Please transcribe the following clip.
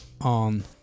on